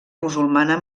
musulmana